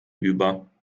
über